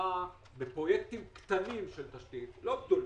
בהשקעה בפרויקטים קטנים של תשתיות, לא גדולים.